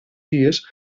dies